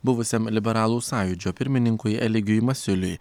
buvusiam liberalų sąjūdžio pirmininkui eligijui masiuliui